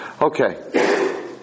Okay